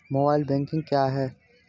Mobile banking क्या है?